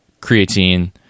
creatine